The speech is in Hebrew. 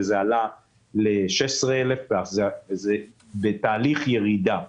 וזה עלה ל-16,000 דולר אבל זה בתהליך של ירידה.